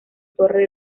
torre